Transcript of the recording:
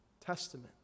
Testament